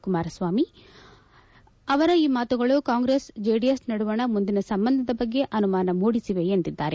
ಕುಮಾರಸ್ವಾಮಿ ಅವರ ಈ ಮಾತುಗಳು ಕಾಂಗ್ರೆಸ್ ಜೆಡಿಎಸ್ ನಡುವಣ ಮುಂದಿನ ಸಂಬಂಧದ ಬಗ್ಗೆ ಅನುಮಾನ ಮೂಡಿಸಿವೆ ಎಂದಿದ್ದಾರೆ